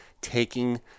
taking